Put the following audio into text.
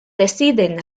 deciden